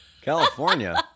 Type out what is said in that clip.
California